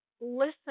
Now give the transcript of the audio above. listen